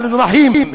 על אזרחים,